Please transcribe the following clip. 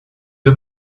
you